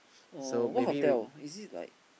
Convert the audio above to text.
oh what hotel is it like